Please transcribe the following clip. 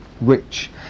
rich